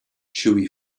chewy